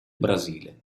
brasile